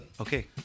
Okay